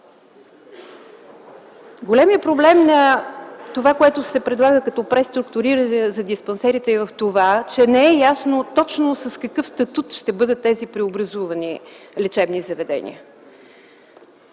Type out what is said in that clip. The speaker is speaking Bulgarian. Големият проблем на това, което се предлага като преструктуриране за диспансерите, е, че не е ясно точно с какъв статут ще бъдат тези преобразувани лечебни заведения.